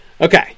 Okay